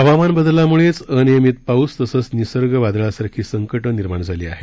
हवामान बदलामुळेच अनियमित पाऊस तसंच निसर्ग वादळासारखी संकटं निर्माण झाली आहेत